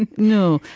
and no,